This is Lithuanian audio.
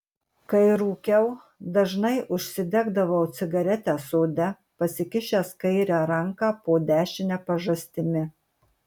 kai rūkiau dažnai užsidegdavau cigaretę sode pasikišęs kairę ranką po dešine pažastimi